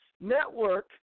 Network